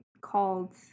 called